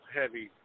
heavy